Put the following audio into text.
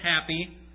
happy